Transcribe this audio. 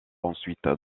ensuite